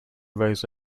rose